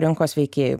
rinkos veikėjų